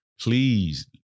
Please